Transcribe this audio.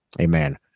Amen